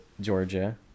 georgia